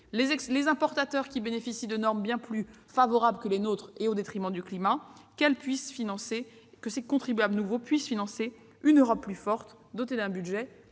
les importateurs bénéficiant de normes bien plus favorables que les nôtres, au détriment du climat. Il s'agit de contraindre ces contribuables nouveaux à financer une Europe plus forte, dotée d'un budget